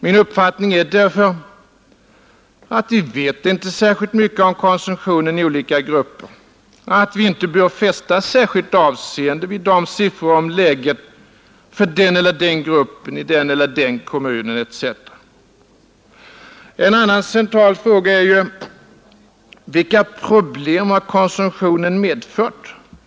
Min uppfattning är därför att vi inte vet särskilt mycket om konsumtionen i olika grupper, att vi inte bör fästa särskilt avseende vid siffror om läget i den eller den gruppen, i den eller den kommunen etc. En annan central fråga är ju: Vilka problem har konsumtionen medfört?